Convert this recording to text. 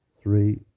three